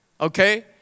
Okay